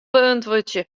beäntwurdzje